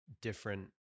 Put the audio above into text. different